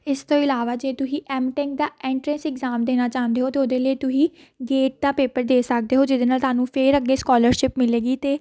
ਇਸ ਤੋਂ ਇਲਾਵਾ ਜੇ ਤੁਸੀਂ ਐਮਟੈਕ ਦਾ ਐਂਟਰਸ ਐਗਜ਼ਾਮ ਦੇਣਾ ਚਾਹੁੰਦੇ ਹੋ ਅਤੇ ਉਹਦੇ ਲਈ ਤੁਸੀਂ ਗੇਟ ਦਾ ਪੇਪਰ ਦੇ ਸਕਦੇ ਹੋ ਜਿਹਦੇ ਨਾਲ ਤੁਹਾਨੂੰ ਫਿਰ ਅੱਗੇ ਸਕੋਲਰਸ਼ਿਪ ਮਿਲੇਗੀ ਅਤੇ